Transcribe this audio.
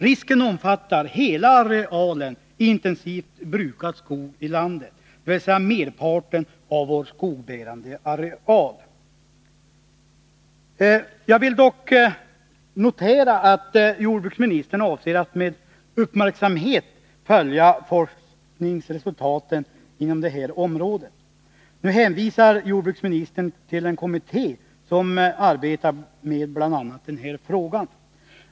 Risken omfattar hela arealen intensivt brukad skog i landet, dvs. merparten av vår skogbärande areal. lingens effekter på lavar Jag vill dock notera att jordbruksministern avser att med uppmärksamhet följa forskningsresultaten på detta område. Nu hänvisar jordbruksministern till en kommitté som arbetar med bl.a. denna fråga.